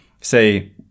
say